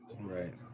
right